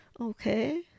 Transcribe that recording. okay